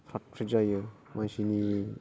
फ्रात फ्रित जायो मानसिनि